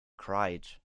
cried